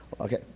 okay